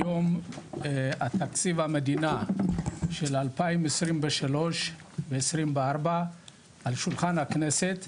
היום תקציב המדינה של 2023-2024 על שולחן הכנסת,